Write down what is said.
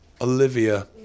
Olivia